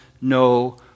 no